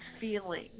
feeling